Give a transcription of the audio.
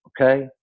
okay